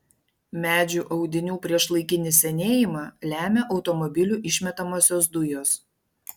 medžių audinių priešlaikinį senėjimą lemia automobilių išmetamosios dujos